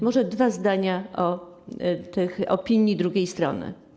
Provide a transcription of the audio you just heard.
Może dwa zdania o opinii drugiej strony.